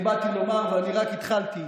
ואני רק התחלתי,